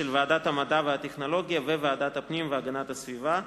ועדת המדע והטכנולוגיה וועדת הפנים והגנת הסביבה.